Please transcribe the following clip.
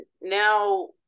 now